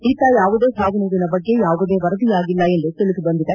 ಇತ್ತ ಯಾವುದೇ ಸಾವುನೋವಿನ ಬಗ್ಗೆ ಯಾವುದೇ ವರದಿಯಾಗಿಲ್ಲ ಎಂದು ತಿಳಿದುಬಂದಿದೆ